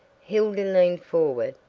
hilda leaned forward,